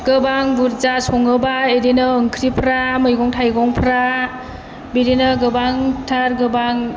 गोबां बुरजा सङोबा बिदिनो ओंख्रिफ्रा मैगं थाइगंफ्रा बिदिनो गोबांथार गोबां